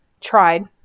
tried